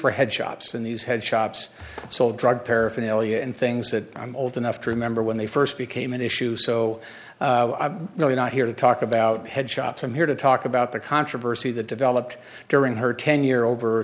were head shops in these head shops sold drug paraphernalia and things that i'm old enough to remember when they first became an issue so i'm really not here to talk about headshots i'm here to talk about the controversy that developed during her tenure over